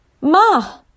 Ma